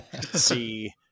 see